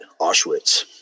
Auschwitz